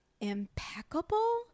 impeccable